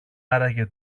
άραγε